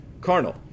Carnal